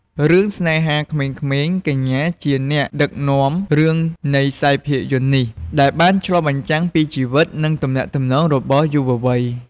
រឿង ស្នេហាក្មេងៗ កញ្ញាគឺជាអ្នកដឹកនាំរឿងនៃខ្សែភាពយន្តនេះ ដែលបានឆ្លុះបញ្ចាំងពីជីវិត និងទំនាក់ទំនងរបស់យុវវ័យ។